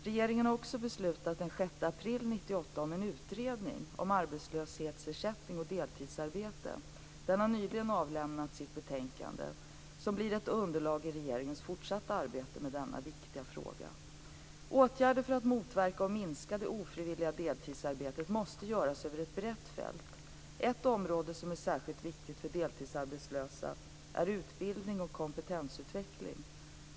Regeringen har också beslutat den 6 april 1998 om en utredning om arbetslöshetsersättning och deltidsarbetet . Utredningen har nyligen avlämnat sitt betänkande Deltidsarbete, tillfälliga jobb och arbetslöshetsersättningen , som blir ett underlag i regeringens fortsatta arbete med denna viktiga fråga. Åtgärder för att motverka och minska det ofrivilliga deltidsarbetet måste göras över ett brett fält. Ett område som är särskilt viktigt för deltidsarbetslösa är utbildning och kompetensutveckling.